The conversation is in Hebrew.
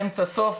אמצע וסוף,